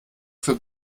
für